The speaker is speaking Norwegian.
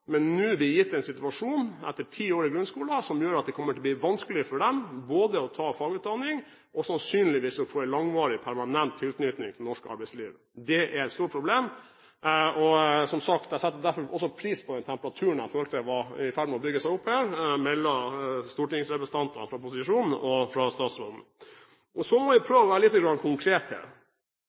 nå satt i en situasjon – etter ti år i grunnskolen – som gjør at det kommer til å bli vanskelig for dem både å ta fagutdanning og få en langvarig og permanent tilknytning til norsk arbeidsliv. Det er et stort problem. Som sagt: Jeg setter derfor pris på den temperaturen som jeg følte var i ferd med å bygge seg opp her mellom stortingsrepresentantene fra posisjonen og statsråden. Så må vi prøve å være litt konkret her.